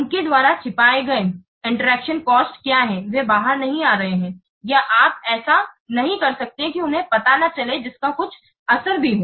उनके द्वारा छिपाए गए इंटरैक्शन कॉस्ट क्या हैं वे बाहर नहीं आ रहे हैं या आप ऐसा नहीं कर सकते कि उन्हें पता न चले जिसका कुछ असर भी हो